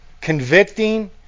convicting